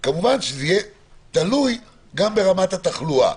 כמובן שזה יהיה תלוי גם ברמת התחלואה.